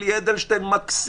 "יולי אדלשטיין מקסים,